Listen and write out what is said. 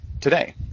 today